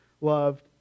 loved